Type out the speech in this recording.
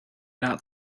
not